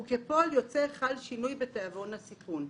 כפועל יוצא מזה חל שינוי בתיאבון הסיכון.